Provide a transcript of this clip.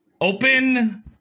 Open